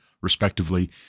respectively